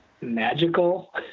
magical